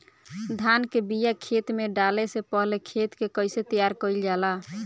धान के बिया खेत में डाले से पहले खेत के कइसे तैयार कइल जाला?